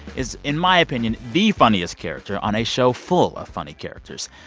is, in my opinion, the funniest character on a show full of funny characters.